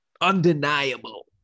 Undeniable